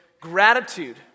Gratitude